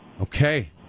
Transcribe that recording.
Okay